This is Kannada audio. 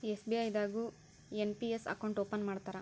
ಎಸ್.ಬಿ.ಐ ದಾಗು ಎನ್.ಪಿ.ಎಸ್ ಅಕೌಂಟ್ ಓಪನ್ ಮಾಡ್ತಾರಾ